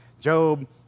Job